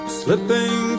slipping